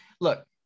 look